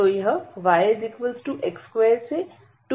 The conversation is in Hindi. तो यह yx2 से 2 x तक जाता है